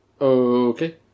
Okay